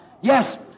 Yes